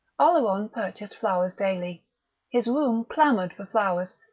oleron purchased flowers daily his room clamoured for flowers,